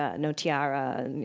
ah no tiara.